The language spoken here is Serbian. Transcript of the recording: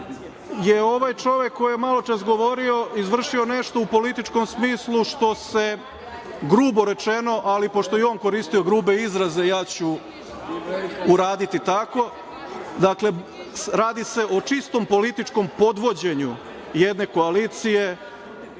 je ovaj čovek koji je maločas govorio izvršio nešto u političkom smislu što se, grubo rečeno, ali pošto je i on koristio grube izraze, ja ću uraditi tako, dakle, radi se o čistom političkom podvođenju jedne koalicije